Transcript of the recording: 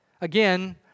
Again